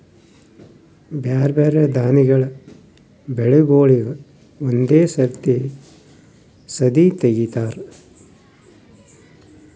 ಬ್ಯಾರೆ ಬ್ಯಾರೆ ದಾನಿಗಳ ಬೆಳಿಗೂಳಿಗ್ ಒಂದೇ ಸರತಿ ಸದೀ ತೆಗಿತಾರ